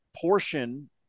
portion